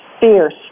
Fierce